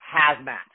hazmat